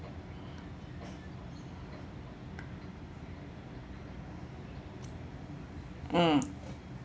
mm